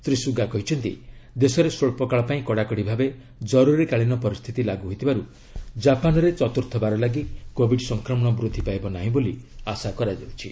Shri Suga କହିଛନ୍ତି ଦେଶରେ ସ୍ୱଚ୍ଚକାଳ ପାଇଁ କଡ଼ାକଡ଼ି ଭାବେ ଜରୁରୀକାଳୀନ ପରିସ୍ଥିତି ଲାଗୁ ହୋଇଥିବାରୁ ଜାପାନରେ ଚତ୍ରୁର୍ଥ ବାର ଲାଗି କୋବିଡ ସଂକ୍ରମଣ ବୃଦ୍ଧି ପାଇବ ନାହିଁ ବୋଲି ଆଶା କରାଯାଉଛି